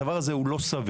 הדבר הזה הוא לא סביר,